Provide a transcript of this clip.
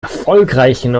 erfolgreichen